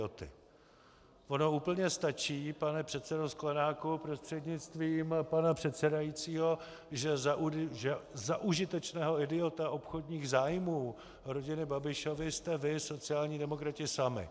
Ono úplně stačí, pane předsedo Sklenáku prostřednictvím pana předsedajícího, že za užitečného idiota obchodních zájmů rodiny Babišovy jste vy sociální demokrati sami.